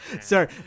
Sorry